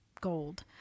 gold